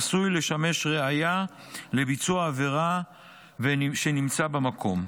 עשוי לשמש ראיה לביצוע עבירה שנמצא במקום.